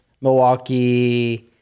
Milwaukee